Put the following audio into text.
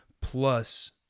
plus